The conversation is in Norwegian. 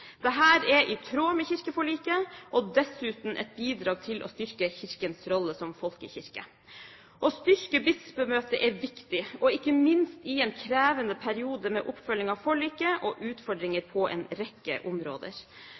er i tråd med kirkeforliket og dessuten et bidrag til å styrke Kirkens rolle som folkekirke. Å styrke Bispemøtet er viktig, ikke minst i en krevende periode med oppfølging av forliket og utfordringer på en rekke områder.